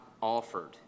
offered